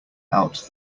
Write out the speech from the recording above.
out